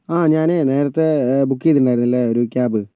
ആ ഞാന് നേരത്തെ ബുക്കെയ്തിട്ടുണ്ടായിരുന്നില്ലേ ക്യാബ്